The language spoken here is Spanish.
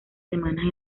semanas